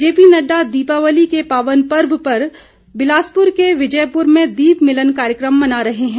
JP Nadda Deepavali के पावन पर्व पर बिलासपूर के विजयपूर में दीप मिलन कार्यक्रम मना रहे हैं